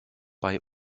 bei